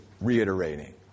reiterating